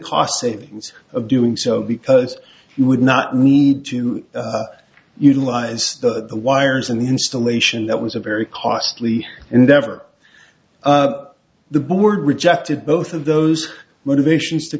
savings of doing so because you would not need to utilize the wires in the installation that was a very costly endeavor the board rejected both of those motivations to